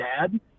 dad